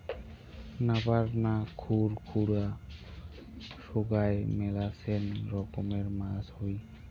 নাপার না, খুর খুরা সোগায় মেলাছেন রকমের মাছ হই